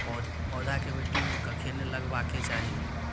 पौधा के मिट्टी में कखेन लगबाके चाहि?